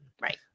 Right